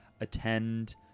attend